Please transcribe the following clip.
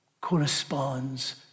corresponds